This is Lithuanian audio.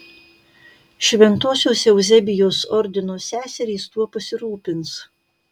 šventosios euzebijos ordino seserys tuo pasirūpins